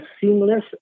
seamless